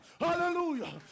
Hallelujah